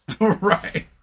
Right